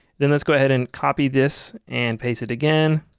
then let's go ahead and copy this and paste it again.